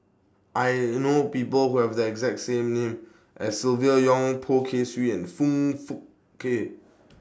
I know People Who Have The exact same name as Silvia Yong Poh Kay Swee and Foong Fook Kay